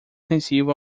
sensível